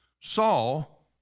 Saul